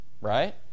right